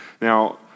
Now